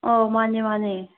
ꯑꯣ ꯃꯥꯟꯅꯦ ꯃꯥꯟꯅꯦ